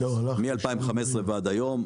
מ-2015 ועד היום,